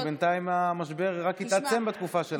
כי בינתיים המשבר רק התעצם בתקופה שלכם.